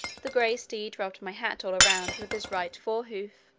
the gray steed rubbed my hat all round with his right fore-hoof,